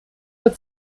der